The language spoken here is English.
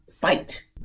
fight